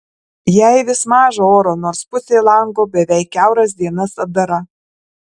jai vis maža oro nors pusė lango beveik kiauras dienas atdara